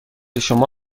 شما